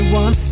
one